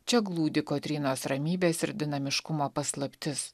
čia glūdi kotrynos ramybės ir dinamiškumo paslaptis